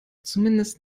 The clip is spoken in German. zumindest